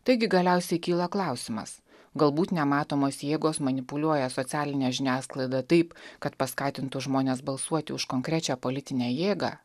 taigi galiausiai kyla klausimas galbūt nematomos jėgos manipuliuoja socialine žiniasklaida taip kad paskatintų žmones balsuoti už konkrečią politinę jėgą